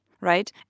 right